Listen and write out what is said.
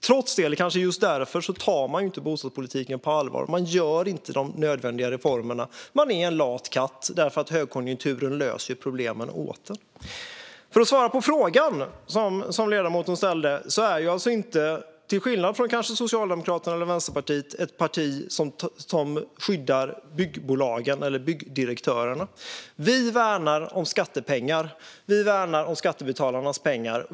Trots det, eller kanske just därför, tar man inte bostadspolitiken på allvar. Man genomför inte de nödvändiga reformerna. Man är en lat katt, därför att högkonjunkturen ju löser problemen åt en. För att svara på frågan som ledamoten ställde är alltså inte Moderaterna, till skillnad från Socialdemokraterna eller Vänsterpartiet, ett parti som skyddar byggbolagen eller byggdirektörerna. Vi värnar om skattebetalarnas pengar.